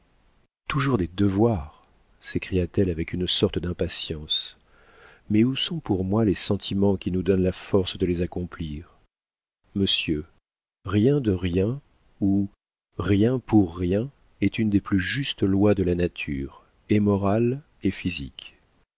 toujours des devoirs s'écria-t-elle avec une sorte d'impatience mais où sont pour moi les sentiments qui nous donnent la force de les accomplir monsieur rien de rien ou rien pour rien est une des plus justes lois de la nature et morale et physique